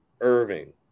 Irving